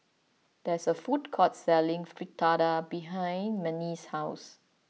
there is a food court selling Fritada behind Manie's house